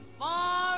far